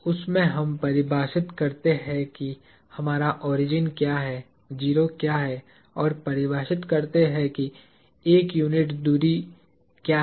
उसमें हम परिभाषित करते हैं कि हमारा ओरिजिन क्या है 0 क्या है और परिभाषित करते हैं कि एक यूनिट दूरी क्या है